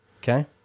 Okay